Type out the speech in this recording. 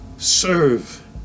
serve